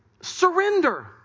surrender